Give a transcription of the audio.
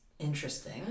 interesting